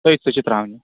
تٔتۍ سُہ چھِ ترٛاونہِ